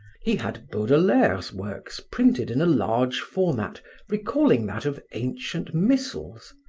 he had baudelaire's works printed in a large format recalling that of ancient missals,